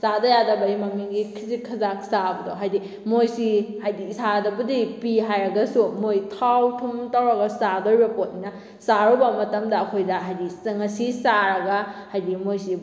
ꯆꯥꯗ ꯌꯥꯗꯕꯩ ꯃꯃꯤꯡꯒꯤ ꯈꯖꯤꯛ ꯈꯔꯥꯛ ꯆꯥꯕꯗꯣ ꯍꯥꯏꯗꯤ ꯃꯣꯏꯁꯤ ꯍꯥꯏꯗꯤ ꯏꯁꯥꯗꯕꯨꯗꯤ ꯄꯤ ꯍꯥꯏꯔꯒꯁꯨ ꯃꯣꯏ ꯊꯥꯎ ꯊꯨꯝ ꯇꯧꯔꯒ ꯆꯥꯗꯧꯔꯤꯕ ꯄꯣꯠꯅꯤꯅ ꯆꯥꯔꯨꯕ ꯃꯇꯝꯗ ꯑꯩꯈꯣꯏꯗ ꯍꯥꯏꯗꯤ ꯉꯁꯤ ꯆꯥꯔꯒ ꯍꯥꯏꯗꯤ ꯃꯣꯏꯁꯤ